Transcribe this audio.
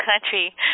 country